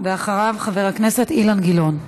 אחריו, חבר הכנסת אילן גילאון.